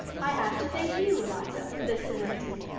i have to thank you, eliza, for this civility.